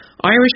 Irish